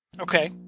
Okay